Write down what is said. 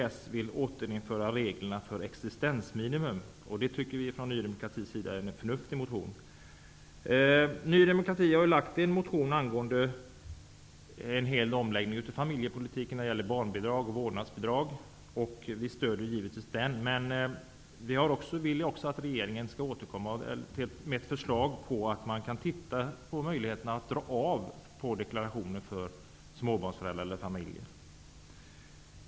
Kds vill återinföra reglerna för existensminimum. Vi i Ny demokrati tycker att det är en förnuftig motion. Ny demokrati har väckt en motion om en omläggning av hela familjepolitiken när det gäller barnbidrag och vårdnadsbidrag, och vi stöder givetvis den. Vi vill också att regeringen skall återkomma med ett förslag om att undersöka möjligheterna att i deklarationen dra av kostnader för småbarnsföräldrar eller familjer.